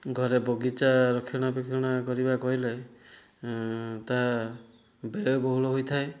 ଘରେ ବଗିଚା ରକ୍ଷଣ ବେକ୍ଷଣା କରିବା କହିଲେ ତାହା ବ୍ୟୟବହୁଳ ହୋଇଥାଏ